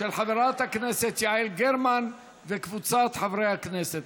של חברת הכנסת יעל גרמן וקבוצת חברי הכנסת.